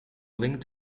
linked